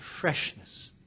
freshness